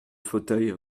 fauteuil